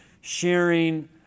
sharing